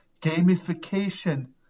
gamification